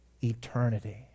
Eternity